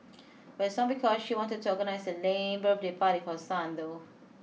but it's not because she wanted to organise a lame birthday party for her son though